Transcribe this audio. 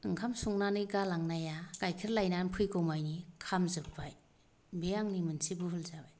आंखाम संनानै गालांनाया गायखेर लायनानै फैगौ माने खामजोबबाय बे आंनि मोनसे भुल जाबाय